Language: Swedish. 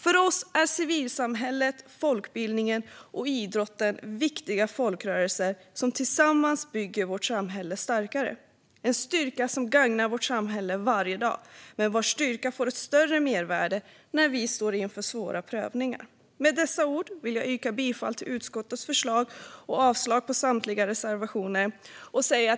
För oss är civilsamhället, folkbildningen och idrotten viktiga folkrörelser som tillsammans bygger vårt samhälle starkare. Det är en styrka som gagnar vårt samhälle varje dag och vars styrka får ett större mervärde när vi står inför svåra prövningar. Med dessa ord vill jag yrka bifall till utskottets förslag och avslag på samtliga reservationer.